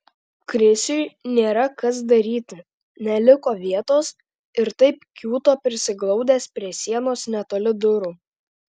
krisiui nėra kas daryti neliko vietos ir taip kiūto prisiglaudęs prie sienos netoli durų